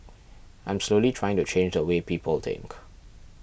I'm slowly trying to change the way people think